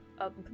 up